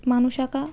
মানুষ আঁকা